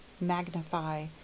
Magnify